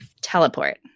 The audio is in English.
Teleport